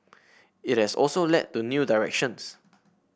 it has also led to new directions